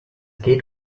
geht